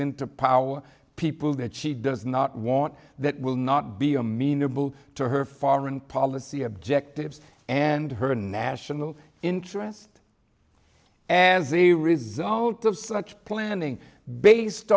into power people that she does not want that will not be amenable to her foreign policy objectives and her national interest as the result of such planning based